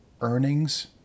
earnings